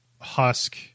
Husk